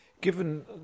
Given